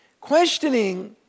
Questioning